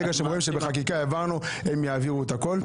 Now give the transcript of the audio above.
ברגע שהם רואים שהעברנו חקיקה, הם יעבירו את הכול.